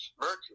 mercury